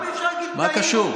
מה קשור?